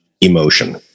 emotion